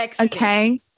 Okay